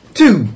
two